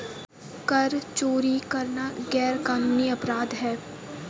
कर चोरी करना गैरकानूनी अपराध है